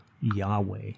Yahweh